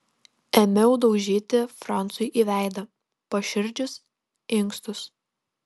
ėmiau daužyti francui į veidą paširdžius inkstus